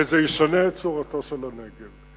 וזה ישנה את צורתו של הנגב.